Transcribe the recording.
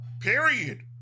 period